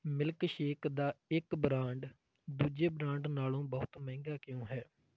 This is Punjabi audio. ਮਿਲਕਸ਼ੇਕ ਦਾ ਇੱਕ ਬ੍ਰਾਂਡ ਦੂਜੇ ਬ੍ਰਾਂਡ ਨਾਲੋਂ ਬਹੁਤ ਮਹਿੰਗਾ ਕਿਉਂ ਹੈ